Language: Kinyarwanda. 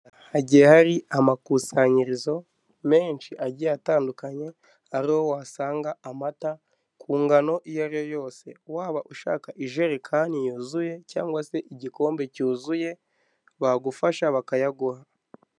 Hagiye hari amakusanyirizo menshi agiye atandukanye ariho wasanga amata ku ngano iyo ari yo yose, waba ushaka ijerekani yuzuye cyangwa se igikombe cyuzuye bagufasha bakayaguha.